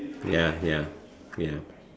ya ya ya